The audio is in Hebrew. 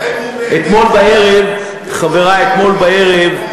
האם הוא מבין אתמול בערב, חברי, נפגשתי